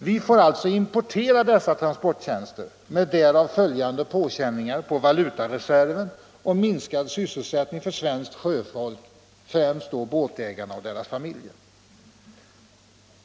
Vi får alltså importera dessa transporttjänster med därav följande påkänningar på valutareserven och minskad sysselsättning för svenskt sjöfolk — främst då båtägarna och deras familjer.